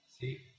See